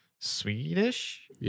Swedish